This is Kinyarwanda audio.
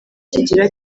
kigira